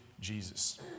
Jesus